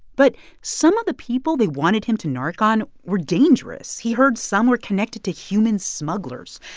but some of the people they wanted him to narc on were dangerous. he heard some were connected to human smugglers.